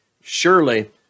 surely